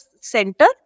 center